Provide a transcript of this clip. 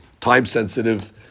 time-sensitive